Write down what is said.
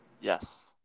Yes